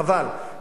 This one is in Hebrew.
חבל,